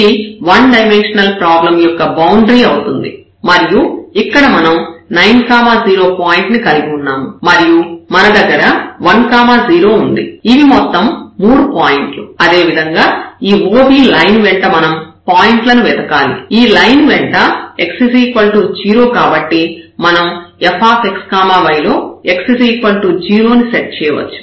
ఇది one dimensional problem యొక్క boundary అవుతుంది మరియు ఇక్కడ మనం 9 0 పాయింట్ ను కలిగి ఉన్నాము మరియు మన దగ్గర 1 0 ఉంది ఇవి మొత్తం మూడు పాయింట్లు అదేవిధంగా ఈ OB లైన్ వెంట మనం పాయింట్లను వెదకాలి ఈ లైన్ వెంట x 0 కాబట్టి మనం fx y లో x 0 ని సెట్ చేయవచ్చు